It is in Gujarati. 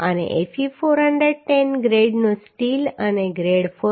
અને Fe410 ગ્રેડનું સ્ટીલ અને ગ્રેડ 4